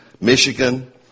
Michigan